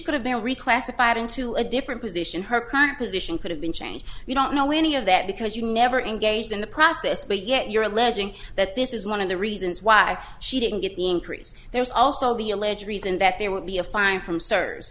could have been reclassified into a different position her current position could have been changed we don't know any of that because you never engaged in the process but yet you're alleging that this is one of the reasons why she didn't get the increase there is also the alleged reason that there would be a fine from s